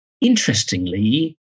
Interestingly